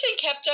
kept